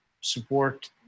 support